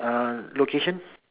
uh location